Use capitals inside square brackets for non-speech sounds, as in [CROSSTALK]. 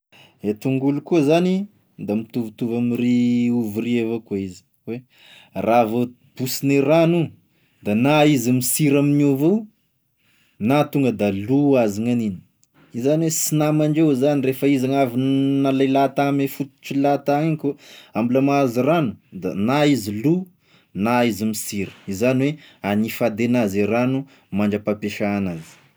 E tongolo koa zany da mitovitovy amin'iry ovy iry avao koa izy, raha vao bosigne rano io, de na izy misiry amin'io avao na da tonga da loa ho azy gnaniny zany hoe sy namandreo zany refa izy gn'avy n [HESITATION] nalay laha tame fototry laha tany koa a mbola nahazo rano, da na izy lo, na izy misiry, izany hoe hany fady enazy e rano mandrampam-piasa anazy.